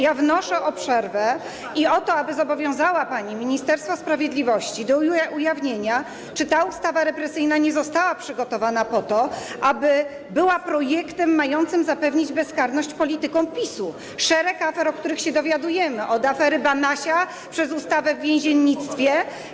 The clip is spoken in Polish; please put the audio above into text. Ja wnoszę o przerwę i o to, aby zobowiązała pani Ministerstwo Sprawiedliwości do ujawnienia, czy ta ustawa represyjna nie została przygotowana po to, aby była projektem mającym zapewnić bezkarność politykom PiS-u - szereg afer, o których się dowiadujemy, od afery Banasia, przez ustawę o więziennictwie.